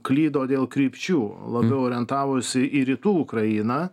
klydo dėl krypčių labiau orientavosi į rytų ukrainą